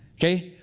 okay?